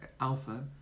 Alpha